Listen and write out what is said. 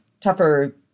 tougher